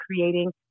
creating